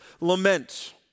lament